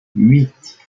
huit